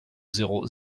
zéro